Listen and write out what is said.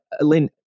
Lynn